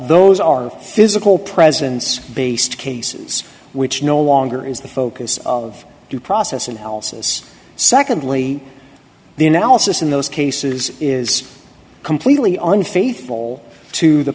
those are physical presence based cases which no longer is the focus of due process analysis secondly the analysis in those cases is completely unfaithful to the